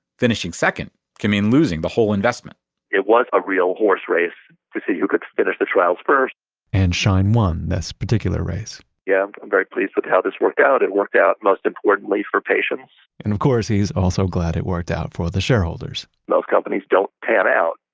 finishing second can mean losing the whole investment it was a real horse race to see who could finish the trials first and schein won this particular race yeah, i'm very pleased with how this worked out. it worked out, most importantly for patients and, of course, he's also glad it worked out for the shareholders most companies don't, don't pan out.